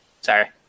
Sorry